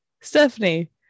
stephanie